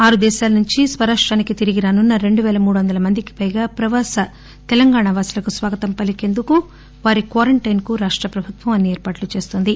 ఆరు దేశాల నుంచి స్వరాష్టానికి తిరిగి రానున్న రెండు పేల మూడు వందల మందికి పైగా ప్రవాస తెలంగాణ వాసులకు స్వాగతం పలికేందుకు వారి క్వారంటైన్ కు రాష్ట ప్రభుత్వం అన్ని ఏర్పాట్లు చేస్తోంది